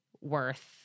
worth